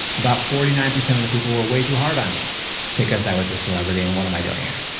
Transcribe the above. about forty nine percent of the people were way too hard on me because i was a celebrity and, what am i doing here?